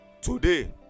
Today